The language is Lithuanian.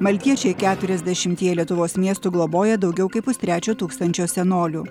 maltiečiai keturiasdešimtyje lietuvos miestų globoja daugiau kaip pustrečio tūkstančio senolių